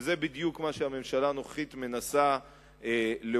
וזה בדיוק מה שהממשלה הנוכחית מנסה להוביל.